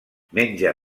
menja